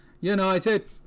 united